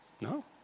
No